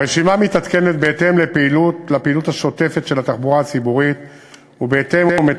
הרשימה מתעדכנת בהתאם לפעילות השוטפת של התחבורה הציבורית ומתואמת